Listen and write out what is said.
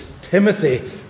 Timothy